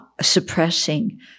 suppressing